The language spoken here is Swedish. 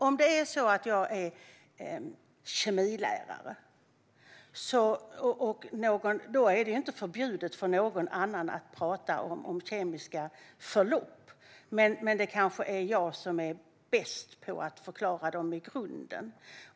Om jag är kemilärare är det inte förbjudet för någon annan att tala om kemiska förlopp, men det kanske är jag som är bäst på att förklara dem i grunden.